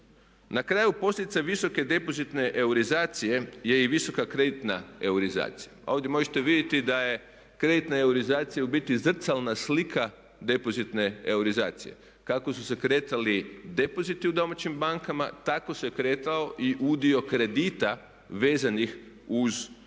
Na kraju, posljedica visoke depozitne eurizacije je i visoka kreditna euroizacija. A ovdje možete vidjeti da je kreditna eurizacija u biti zrcalna slika depozitne euroizacije. Kako su kretali depoziti u domaćim bankama tako se kretao i udio kredita vezanih uz stranu